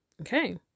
Okay